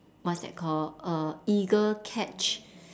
what's that call err eagle catch